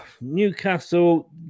Newcastle